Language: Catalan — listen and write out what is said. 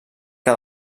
que